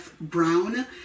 brown